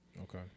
Okay